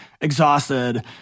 exhausted